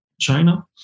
China